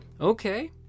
Okay